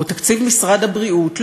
או תקציב משרד הבריאות,